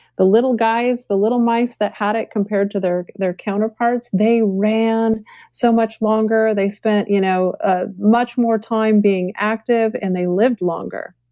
the little guys, the little mice that had it compared to their their counterparts, they ran so much longer, they spent you know ah much more time being active and they lived longer.